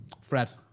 Fred